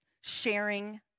Sharing